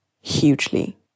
hugely